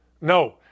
No